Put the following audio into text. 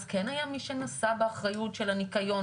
אז כן היה מי שנשא באחריות של הניקיון,